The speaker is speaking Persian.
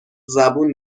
زبون